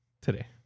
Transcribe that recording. today